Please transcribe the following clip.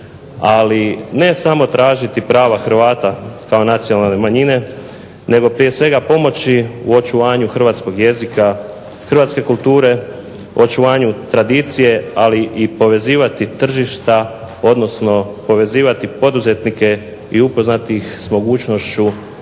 ali ne samo tražiti prava Hrvata kao nacionalne manjine nego prije svega pomoći u očuvanju hrvatskog jezika, hrvatske kulture, očuvanju tradicije, ali i povezivati tržišta, odnosno povezivati poduzetnike i upoznati ih s mogućnošću